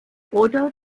oder